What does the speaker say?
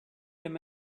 him